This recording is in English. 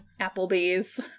Applebee's